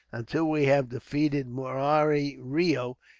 until we have defeated murari reo,